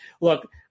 look